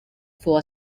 for